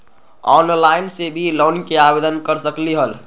Online से भी loan के आवेदन कर सकलीहल?